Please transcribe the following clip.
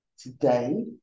today